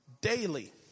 daily